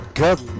god